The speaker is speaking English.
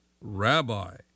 rabbi